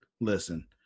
listen